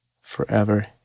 forever